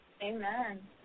Amen